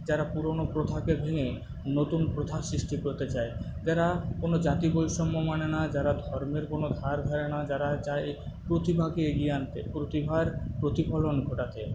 যারা পুরোনো প্রথাকে ভেঙে নতুন প্রথার সৃষ্টি করতে চায় যারা কোনো জাতি বৈষম্য মানে না যারা ধর্মের কোন ধার ধারে না যারা চায় প্রতিভাকে এগিয়ে আনতে প্রতিভার প্রতিফলন ঘটাতে